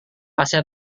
kasih